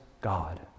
God